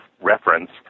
reference